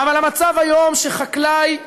אבל המצב היום הוא שחקלאי,